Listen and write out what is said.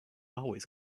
always